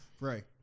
Right